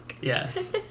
Yes